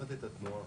לא הבנתי את התנועה.